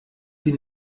sie